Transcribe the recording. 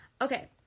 Okay